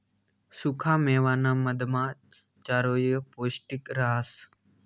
सुखा मेवाना मधमा चारोयी पौष्टिक रहास